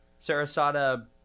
Sarasota